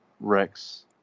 Rex